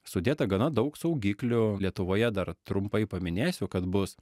sudėta gana daug saugiklių lietuvoje dar trumpai paminėsiu kad bus